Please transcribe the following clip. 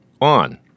on